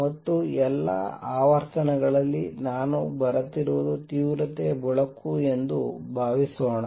ಮತ್ತು ಎಲ್ಲಾ ಆವರ್ತನಗಳಲ್ಲಿ ನಾನು ಬರುತ್ತಿರುವುದು ತೀವ್ರತೆಯ ಬೆಳಕು ಎಂದು ಭಾವಿಸೋಣ